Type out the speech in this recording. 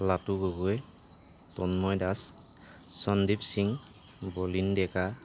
Latu Gogoi Tanmay Das Sandeep Singh Balin Deka